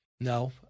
No